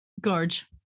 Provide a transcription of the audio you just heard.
Gorge